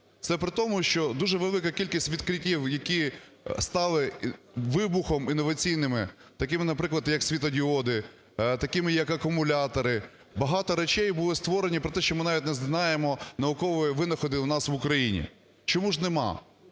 Це при тому, що дуже велика кількість відкриттів, які стали "вибухами інноваційними", такими, наприклад, як світлодіоди, такими як акумулятори. Багато речей були створені, про те, що ми навіть не знаємо, наукові винаходи у нас в Україні. Чого ж нема?